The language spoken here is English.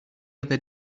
other